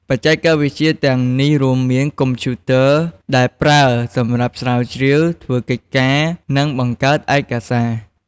បច្ចេកវិទ្យាទាំងនេះរួមមាន កុំព្យូទ័រ ដែលប្រើសម្រាប់ស្រាវជ្រាវ ធ្វើកិច្ចការ និងបង្កើតឯកសារ។